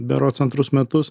berods antrus metus